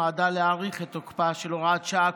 ונועדה להאריך את תוקפה של הוראת שעה,